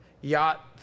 yacht